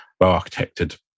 well-architected